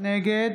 נגד